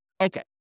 Okay